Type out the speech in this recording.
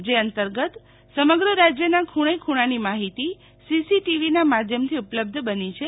જે અંતર્ગત સમગ્ર રાજ્યના ખૂણે ખૂણાની માહિતી સીસીટીવીના માધ્યમથી ઉપલબ્ધ બની છે